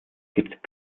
gibt